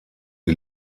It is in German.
die